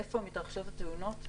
איפה מתרחשות התאונות,